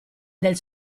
del